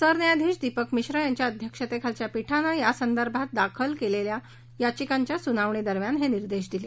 सरन्यायाधीश दीपक मिश्र यांच्या अध्यक्षतेखालच्या पीठानं यासंदर्भात दाखल याचिकांच्या सुनावणी दरम्यान हे निर्देश दिले